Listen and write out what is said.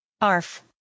Arf